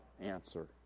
answer